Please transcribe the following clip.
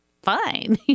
fine